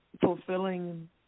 fulfilling